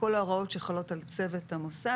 כל ההוראות שחלות על צוות המוסד,